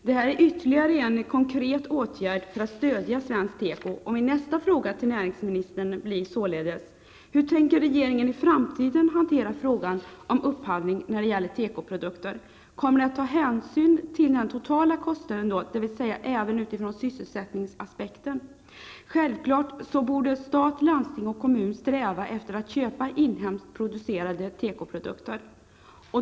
Detta är ytterligare en konkret åtgärd för att stödja svensk tekoindustri, och min nästa fråga till näringsministern blir således: Hur tänker regeringen i framtiden hantera frågan om upphandling av tekoprodukter? Kommer regeringen då att ta hänsyn till den totala kostnaden, dvs. även väga in sysselsättningsaspekten? Självfallet borde stat, landsting och kommuner sträva efter att köpa inhemskt producerade tekoprodukter.